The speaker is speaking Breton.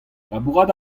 labourat